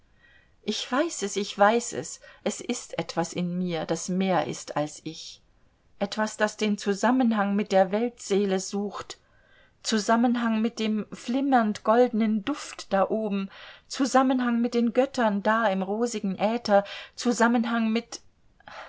ich weiß ich weiß es es ist etwas in mir das mehr ist als ich etwas das den zusammenhang mit der weltseele sucht zusammenhang mit dem flimmernd goldenen duft da oben zusammenhang mit den göttern da im rosigen äther zusammenhang mit